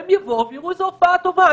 הם יבואו ויראו איזה הופעה טובה.